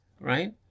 right